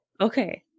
Okay